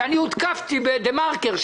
שאני הותקפתי בגינה בדה מרקר,